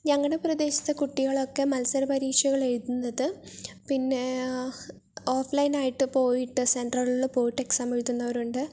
ഞങ്ങളുടെ പ്രദേശത്തെ കുട്ടികളൊക്കെ മത്സര പരീക്ഷകൾ എഴുതുന്നത് പിന്നെ ഓഫ്ലൈൻ ആയിട്ട് പോയിട്ട് സെൻ്ററുകളിൽ പോയിട്ട് എക്സാം എഴുതുന്നവരുണ്ട്